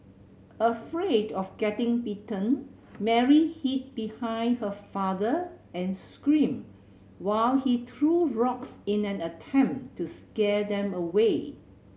afraid of getting bitten Mary hid behind her father and screamed while he threw rocks in an attempt to scare them away